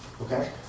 Okay